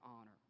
honor